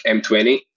m20